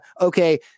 okay